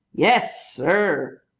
yes, sir.